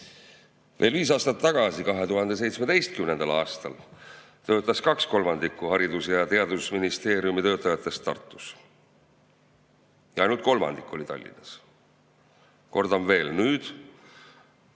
Veel viis aastat tagasi, 2017. aastal töötas kaks kolmandikku Haridus‑ ja Teadusministeeriumi töötajatest Tartus ja ainult kolmandik oli Tallinnas. Kordan veel: nüüd